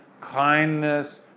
kindness